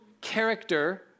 character